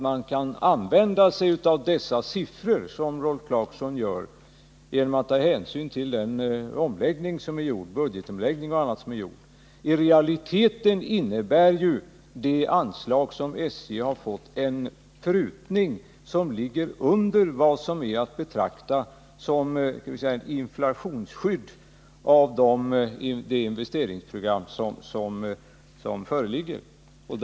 Man kan använda sig av siffrorna — såsom Rolf Clarkson gjort — så att man tar hänsyn till den budgetomläggning som gjorts och annat som skett. Men i realiteten innebär det anslag som föreslås för SJ en prutning, så att det investeringsprogram som finns inte ens är inflationsskyddat.